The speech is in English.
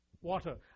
water